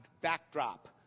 backdrop